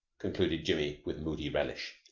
concluded jimmy with moody relish.